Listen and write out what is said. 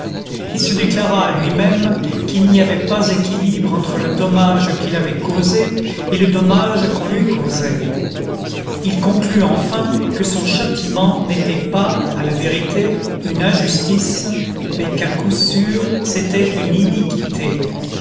il se déclara à lui-même qu'il n'y avait pas équilibre entre le dommage qu'il avait causé et le dommage qu'on lui causait il conclut enfin que son châtiment n'était pas à la vérité une injustice mais qu'à coup sûr c'était une iniquité